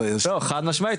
חד משמעית,